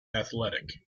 athletic